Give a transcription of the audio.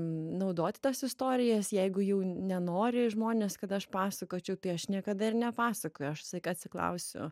naudoti tas istorijas jeigu jau nenori žmonės kad aš pasakočiau tai aš niekada ir nepasakoju aš visada atsiklausiu